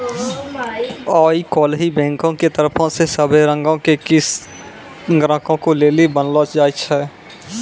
आई काल्हि बैंको के तरफो से सभै रंगो के किस्त ग्राहको लेली बनैलो जाय छै